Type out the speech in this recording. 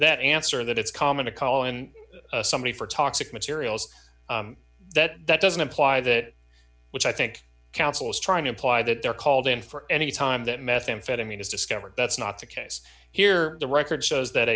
that answer that it's common to call and somebody for toxic materials that that doesn't imply that which i think counsel is trying to imply that they're called in for any time that methamphetamine is discovered that's not the case here the record shows that